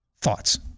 thoughts